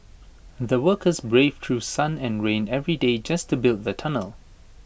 the workers braved through sun and rain every day just to build the tunnel